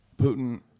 Putin